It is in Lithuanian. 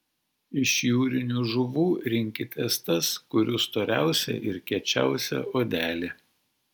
iš jūrinių žuvų rinkitės tas kurių storiausia ir kiečiausia odelė